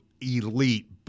elite